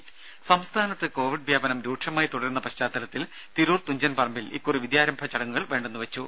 ദ്ദേ സംസ്ഥാനത്ത് കോവിഡ് വ്യാപനം രൂക്ഷമായി തുടരുന്ന പശ്ചാത്തലത്തിൽ തിരൂർ തുഞ്ചൻ പറമ്പിൽ ഇക്കുറി വിദ്യാരംഭ ചടങ്ങുകൾ വേണ്ടെന്നുവെച്ചു